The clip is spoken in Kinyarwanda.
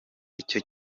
icyo